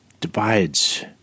divides